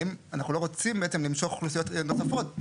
האם אנחנו לא רוצים בעצם למשוך אוכלוסיות נוספות?